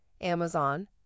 Amazon